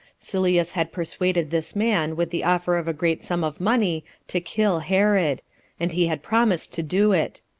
sylleus had persuaded this man with the offer of a great sum of money to kill herod and he had promised to do it.